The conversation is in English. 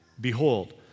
behold